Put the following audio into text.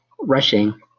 rushing